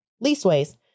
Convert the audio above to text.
Leastways